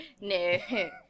No